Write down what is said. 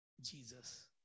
Jesus